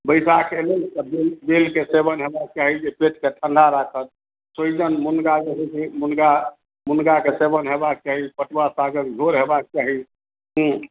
बैशाख एलै त बेलके सेवन हमरा सबहक जे पेटकें ठण्डा राखत एकदम मुनगा मुनगाक सेवन हेबाक चाही पटुआ सागक झोर होयबाक चाही से